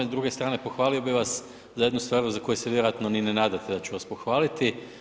S druge strane pohvalio bi vas za jednu star za koju se vjerojatno ni ne nadate da ću vas pohvaliti.